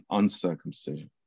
uncircumcision